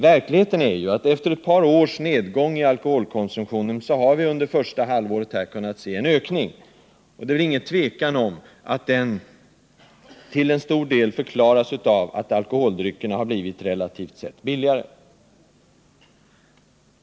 Verkligheten är ju att efter ett par års nedgång i alkoholkonsumtionen har vi under det första halvåret 1979 kunnat se en ökning. Det är inget tvivel om att den till stor del kan förklaras av att alkoholdryckerna har blivit relativt sett billigare.